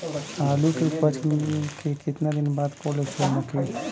आलू के उपज के कितना दिन बाद कोल्ड स्टोरेज मे रखी?